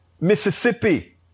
Mississippi